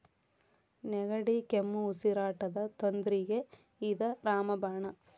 ನೆಗಡಿ, ಕೆಮ್ಮು, ಉಸಿರಾಟದ ತೊಂದ್ರಿಗೆ ಇದ ರಾಮ ಬಾಣ